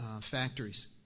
factories